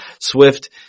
Swift